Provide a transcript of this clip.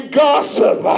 gossip